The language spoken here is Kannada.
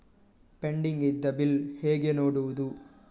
ಪೆಂಡಿಂಗ್ ಇದ್ದ ಬಿಲ್ ಹೇಗೆ ನೋಡುವುದು?